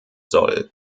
soll